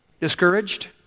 Discouraged